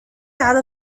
على